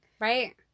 Right